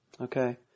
okay